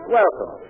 welcome